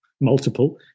multiple